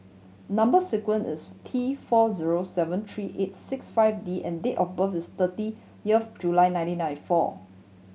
number sequence is T four zero seven three eight six five D and date of birth is July nineteen ninety four